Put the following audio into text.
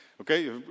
Okay